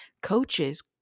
Coaches